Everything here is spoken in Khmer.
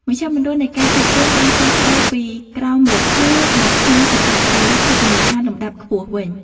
មជ្ឈមណ្ឌលនៃការជួបជុំបានផ្លាស់ប្តូរពីក្រោមម្លប់ឈើមកក្នុងសណ្ឋាគារ ឬភោជនីយដ្ឋានលំដាប់ខ្ពស់វិញ។